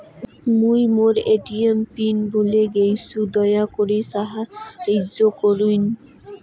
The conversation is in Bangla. মুই মোর এ.টি.এম পিন ভুলে গেইসু, দয়া করি সাহাইয্য করুন